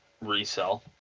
resell